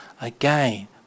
Again